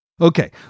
Okay